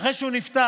אחרי שהוא נפטר,